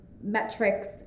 metrics